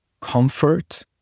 comfort